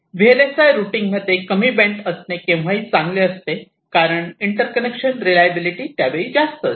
VLSI routing मध्ये कमी bend असणे केव्हाही चांगले असते कारण इंटर्कनेक्शन रिलायबलिटी त्यावेळी जास्त असते